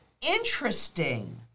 interesting